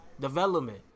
Development